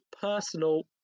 personal